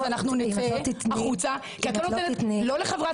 אז אנחנו נצא החוצה כי את לא נותנת לא לחברת